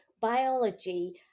biology